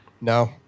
No